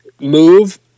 move